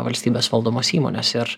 valstybės valdomos įmonės ir